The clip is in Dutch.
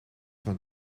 van